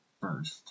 first